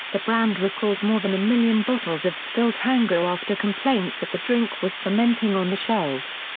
the brand recalled more than a million bottles of still tango after complaints that the drink was fermenting on the shelves.